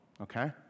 okay